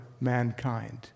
mankind